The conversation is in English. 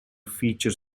feature